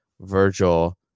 Virgil